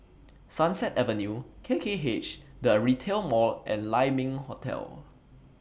Sunset Avenue K K H The Retail Mall and Lai Ming Hotel